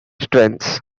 strengths